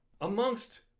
Amongst